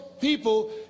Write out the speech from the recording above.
people